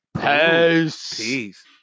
Peace